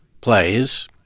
plays